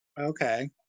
Okay